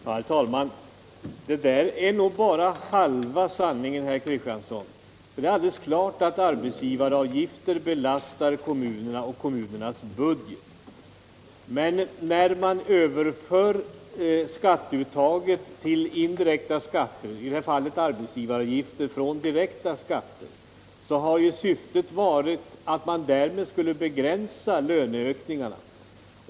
Herr talman! Det där är nog bara halva sanningen, herr Kristiansson. Det är klart att arbetsgivaravgifter belastar kommunernas budget. Men Kommunernas ekonomi Kommunernas ekonomi när man Överfört skatteuttaget från direkta skatter till indirekta skatter. i detta fall arbetsgivaravgifter, har ju syftet varit att begränsa löneökningarna.